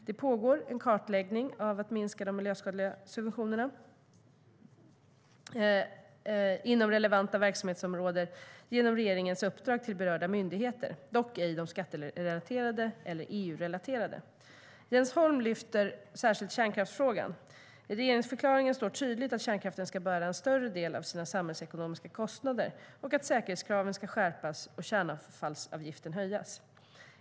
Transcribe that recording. Det pågår en kartläggning av potentiellt miljöskadliga subventioner inom relevanta verksamhetsområden genom regeringens uppdrag till berörda myndigheter, dock ej de skatterelaterade eller EU-relaterade.Jens Holm lyfter särskilt fram kärnkraftsfrågan. I regeringsförklaringen står det tydligt att kärnkraften ska bära en större andel av sina samhällsekonomiska kostnader, att säkerhetskraven ska skärpas och att kärnavfallsavgiften ska höjas.